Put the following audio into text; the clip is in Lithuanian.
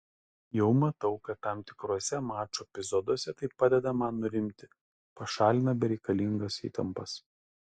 jau matau kad tam tikruose mačų epizoduose tai padeda man nurimti pašalina bereikalingas įtampas